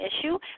issue